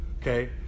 okay